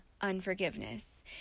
unforgiveness